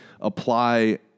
apply